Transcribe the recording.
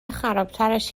خرابترش